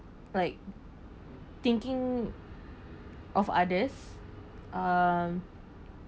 like thinking of others uh